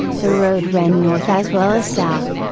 the road ran north as well as south,